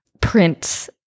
print